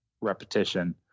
repetition